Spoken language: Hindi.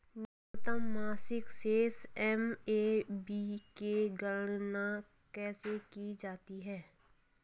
न्यूनतम मासिक शेष एम.ए.बी की गणना कैसे की जाती है?